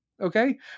Okay